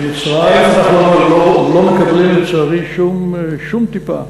ממצרים אנחנו לא מקבלים, לצערי, שום טיפה.